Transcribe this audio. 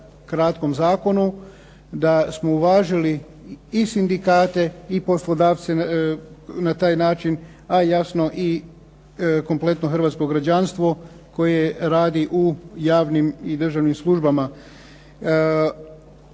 da smo uvažili i sindikate i poslodavce na taj način, a jasno i kompletno hrvatsko građanstvo koje radi u javnim i državnim službama.